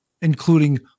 including